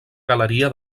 galeria